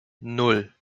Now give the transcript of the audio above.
nan